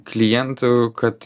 klientų kad